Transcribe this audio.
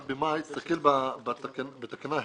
תסתכל בתקנה (ה),